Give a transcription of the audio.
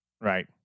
right